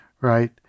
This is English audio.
right